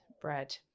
bread